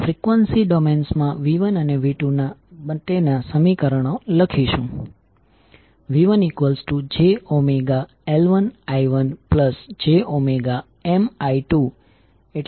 તેથી તેનો અર્થ એ કે બીજી કોઇલ અને બીજી કોઇલમાં મ્યુચ્યુઅલ વોલ્ટેજ બીજા કોઇલના ડોટેડ ટર્મિનલ પર નેગેટીવ રહેશે